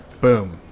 Boom